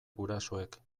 gurasoek